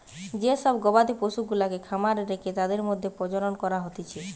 যে সব গবাদি পশুগুলাকে খামারে রেখে তাদের মধ্যে প্রজনন করা হতিছে